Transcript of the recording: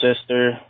sister